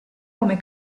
come